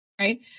right